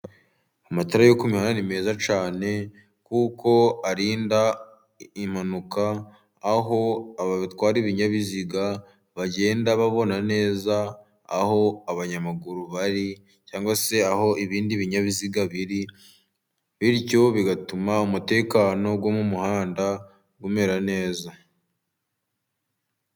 Amatara yo ku mihandaani ni meza cyane, kuko arinda impanuka, aho abatwara ibinyabiziga bagenda babona neza, aho abanyamaguru bari, cyangwa se aho ibindi binyabiziga biri, bityo bigatuma umutekano wo mu muhanda umera neza.